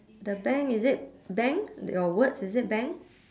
the bank is it bank your words is it bank